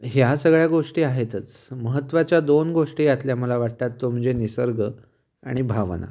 ह्या सगळ्या गोष्टी आहेतच महत्त्वाच्या दोन गोष्टी यातल्या मला वाटतात तो म्हणजे निसर्ग आणि भावना